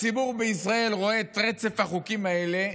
הציבור בישראל רואה את רצף החוקים האלה,